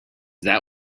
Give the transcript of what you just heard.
that